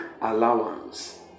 allowance